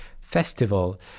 festival